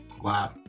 Wow